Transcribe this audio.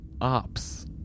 ops